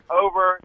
over